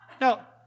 now